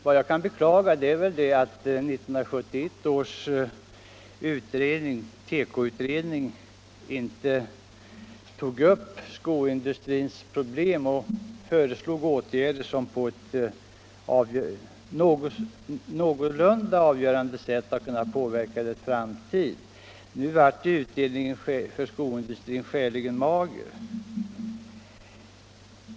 Vad jag kan beklaga är att 1971 års tekoutredning inte föreslog åtgärder som på ett någorlunda avgörande sätt hade kunnat påverka industrins framtid. Nu blev utdelningen för skoindustrins del skäligen mager.